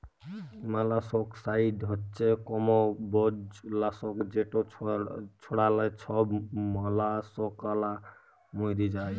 molluscicide হছে কমবজ লাসক যেট ছড়াল্যে ছব মলাসকালা ম্যইরে যায়